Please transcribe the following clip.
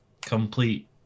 complete